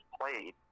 played